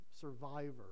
survivor